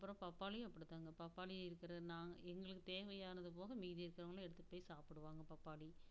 அப்புறம் பப்பாளியும் அப்படிதாங்க பப்பாளி இருக்கிற நாங்கள் எங்களுக்கு தேவையானது போக மீதி இருக்குறவங்களான் எடுத்துட்டு போய் சாப்பிடுவாங்க பப்பாளி